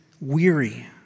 weary